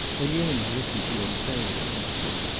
elena listened to him very attentively,